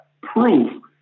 proof